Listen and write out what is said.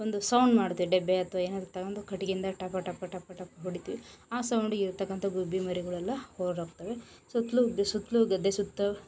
ಒಂದು ಸೌಂಡ್ ಮಾಡುತ್ತೆ ಡಬ್ಬಿ ಅಥ್ವಾ ಏನಾರು ತೊಗೊಂಡು ಕಟ್ಟಿಗೆಯಿಂದ ಟಪ ಟಪ ಟಪ ಟಪ ಬಡಿತೀವಿ ಆ ಸೌಂಡಿಗ್ ಇರತಕ್ಕಂಥ ಗುಬ್ಬಿ ಮರಿಗಳೆಲ್ಲ ಹೊರ ಹೋಗ್ತವೆ ಸುತ್ತಲೂ ಭಿ ಸುತ್ತಲೂ ಗದ್ದೆ ಸುತ್ತ